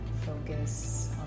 focus